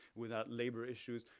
without labor issues,